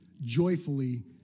joyfully